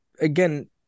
again